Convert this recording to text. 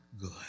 good